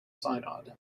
synod